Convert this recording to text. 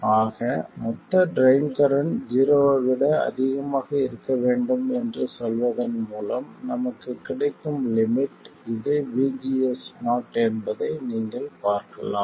ஆக மொத்த drain current ஜீரோவை விட அதிகமாக இருக்க வேண்டும் என்று சொல்வதன் மூலம் நமக்குக் கிடைக்கும் லிமிட் இது VGS0 என்பதை நீங்கள் பார்க்கலாம்